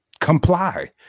comply